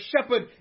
shepherd